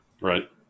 Right